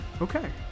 Okay